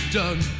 done